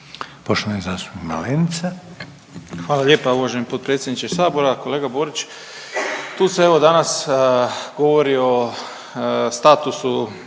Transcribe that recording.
Ivan (HDZ)** Hvala lijepo uvaženi potpredsjedniče Sabora. Kolega Borić, tu se evo, danas govori o statusu